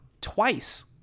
twice